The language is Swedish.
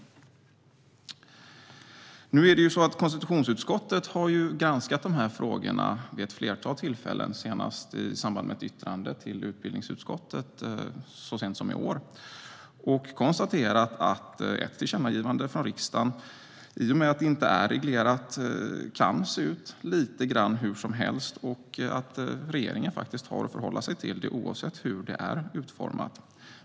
Nu är det så att konstitutionsutskottet har granskat de här frågorna vid ett flertal tillfällen, senast i samband med ett yttrande till utbildningsutskottet så sent som i år, och konstaterat att ett tillkännagivande från riksdagen i och med att det inte är reglerat kan se ut lite grann hur som helst och att regeringen faktiskt har att förhålla sig till det, oavsett hur det är utformat.